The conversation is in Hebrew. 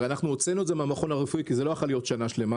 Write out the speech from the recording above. הרי הוצאנו את זה מן המכון הרפואי כי זה לא יכול היה להמתין שנה שלמה.